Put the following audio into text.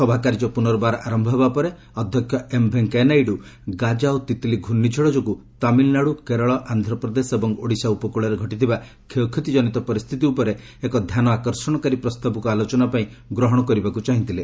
ସଭା କାର୍ଯ୍ୟ ପ୍ରନର୍ବାର ଆରମ୍ଭ ହେବା ପରେ ଅଧ୍ୟକ୍ଷ ଏମ୍ ଭେଙ୍କେୟା ନାଇଡୁ ଗାକା ଓ ତିତ୍ଲି ଘର୍ଷିଝଡ଼ ଯୋଗୁଁ ତାମିଲନାଡ଼ୁ କେରଳ ଆନ୍ଧ୍ରପ୍ରଦେଶ ଏବଂ ଓଡ଼ିଶା ଉପକୃଳରେ ଘଟିଥିବା କ୍ଷୟକ୍ଷତି କନିତ ପରିସ୍ଥିତି ଉପରେ ଏକ ଧ୍ୟାନ ଆକର୍ଷଣକାରୀ ପ୍ରସ୍ତାବକୁ ଆଲୋଚନା ପାଇଁ ଗ୍ରହଣ କରିବାକୁ ଚାହିଁଥିଲେ